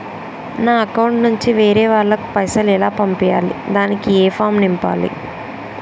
నా అకౌంట్ నుంచి వేరే వాళ్ళకు పైసలు ఎలా పంపియ్యాలి దానికి ఏ ఫామ్ నింపాలి?